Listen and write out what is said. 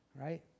Right